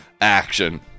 action